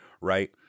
right